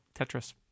Tetris